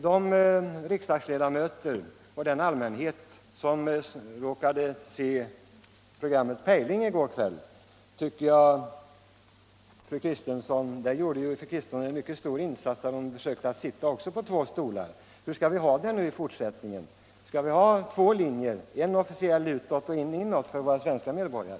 De riksdagsledamöter och den allmänhet som råkade se programmet Pejling i går kväll kunde iaktta att fru Kristensson också där gjorde en mycket stor insats för att försöka sitta på två stolar. — Hur skall vi ha det i fortsättningen? Skall vi ha två linjer, en officiell utåt och en annan linje inåt, för våra svenska medborgare?